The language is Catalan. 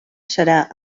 serà